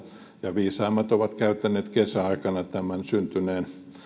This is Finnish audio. ja viisaimmat ovat käyttäneet kesäaikana syntyneen